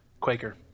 Quaker